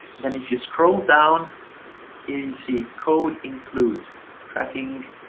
then if you scroll down here you see code includes tracking,